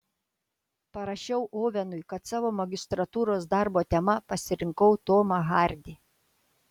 parašiau ovenui kad savo magistrantūros darbo tema pasirinkau tomą hardį